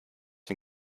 den